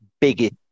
biggest